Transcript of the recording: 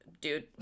Dude